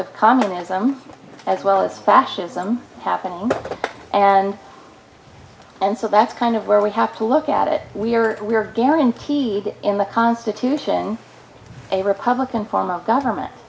of communism as well as fascism happening and and so that's kind of where we have to look at it we are we are guaranteed in the constitution a republican form of government